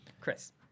Chris